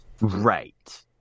Right